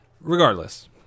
regardless